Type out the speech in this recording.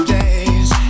days